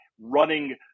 running